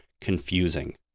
confusing